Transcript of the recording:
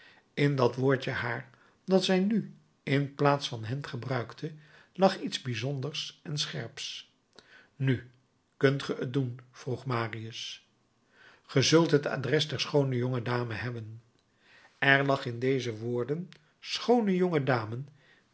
in dat woordje haar dat zij nu in plaats van hen gebruikte lag iets bijzonders en scherps nu kunt ge t doen vroeg marius ge zult het adres der schoone jonge dame hebben er lag in deze woorden schoone